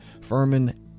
Furman